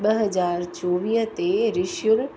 ॿ हज़ार चोवीह ते रिशूर